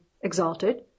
exalted